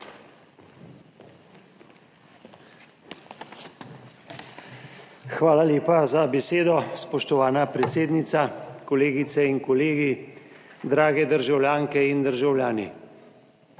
Hvala lepa za besedo, spoštovana predsednica. Kolegice in kolegi, drage državljanke in državljani!